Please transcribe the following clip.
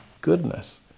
goodness